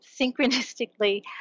synchronistically